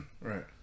Right